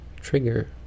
trigger